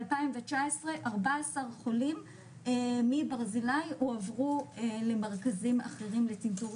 ב-2019 14 חולים מברזילי הועברו למרכזים אחרים לצנתור,